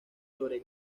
sobre